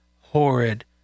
horrid